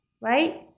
right